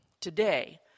Today